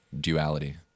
duality